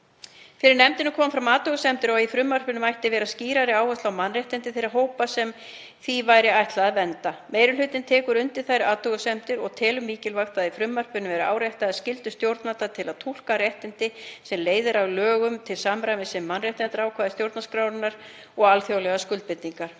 Fyrir nefndinni komu fram athugasemdir um að í frumvarpinu mætti vera skýrari áhersla á mannréttindi þeirra hópa sem því er ætlað að vernda. Meiri hlutinn tekur undir þær athugasemdir og telur mikilvægt að í frumvarpinu verði áréttaðar skyldur stjórnvalda til að túlka réttindi sem leiðir af lögunum til samræmis við mannréttindaákvæði stjórnarskrárinnar og alþjóðlegar skuldbindingar.